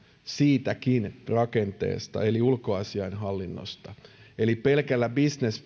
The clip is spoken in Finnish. siitäkin rakenteesta eli ulkoasiainhallinnosta eli pelkällä business